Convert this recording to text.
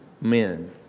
men